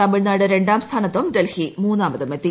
തമിഴ്നാട് രണ്ടാം സ്ഥിനൃത്തും ഡൽഹി മൂന്നാമതും എത്തി